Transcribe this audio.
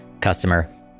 customer